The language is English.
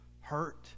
hurt